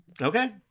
Okay